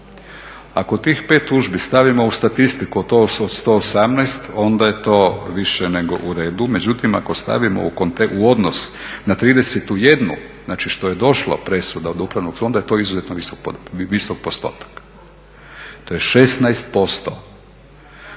Ako tih 5 tužbi stavimo u statistiku to su od 118 onda je to više nego u redu. Međutim ako stavimo u odnos na 31-u znači što je došla presuda od upravnog suda, onda je to izuzetno visok postotak. To je 16%.